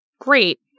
Great